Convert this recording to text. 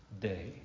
Day